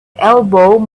elbowed